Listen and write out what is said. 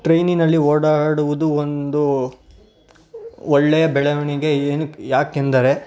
ಟ್ರೈನಿನಲ್ಲಿ ಓಡಾಡುವುದು ಒಂದು ಒಳ್ಳೆಯ ಬೆಳವಣಿಗೆ ಏನಕ್ಕೆ ಯಾಕೆಂದರೆ